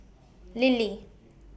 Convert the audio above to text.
Lily